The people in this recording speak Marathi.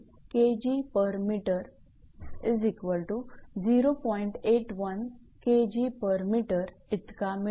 81 𝐾𝑔𝑚 इतका मिळेल